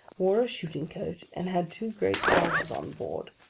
wore a shooting-coat, and had two great dogs on board.